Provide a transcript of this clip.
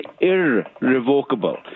irrevocable